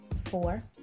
Four